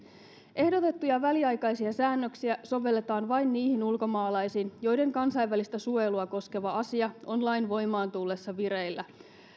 ehdotettuja väliaikaisia säännöksiä sovelletaan vain niihin ulkomaalaisiin joiden kansainvälistä suojelua koskeva asia on lain voimaan tullessa vireillä